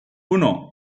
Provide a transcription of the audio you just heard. uno